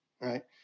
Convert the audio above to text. right